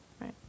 right